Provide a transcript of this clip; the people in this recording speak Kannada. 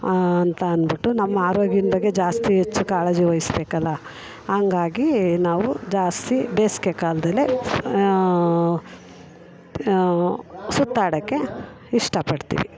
ಹಾಂ ಅಂತ ಅಂದ್ಬಿಟ್ಟು ನಮ್ಮ ಆರೋಗ್ಯದ ಬಗ್ಗೆ ಜಾಸ್ತಿ ಹೆಚ್ಚು ಕಾಳಜಿ ವಹಿಸ್ಬೇಕಲ್ಲ ಹಂಗಾಗಿ ನಾವು ಜಾಸ್ತಿ ಬೇಸ್ಗೆ ಕಾಲದಲ್ಲೇ ಸುತ್ತಾಡೋಕೆ ಇಷ್ಟ ಪಡ್ತೀವಿ